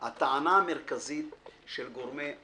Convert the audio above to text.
הטענה המרכזית של גורמי התכנון,